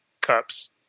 cups